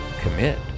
commit